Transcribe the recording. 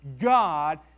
God